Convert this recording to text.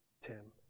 Tim